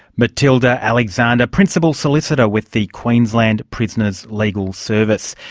matilda alexander, principal solicitor with the queensland prisoners' legal service,